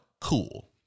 cool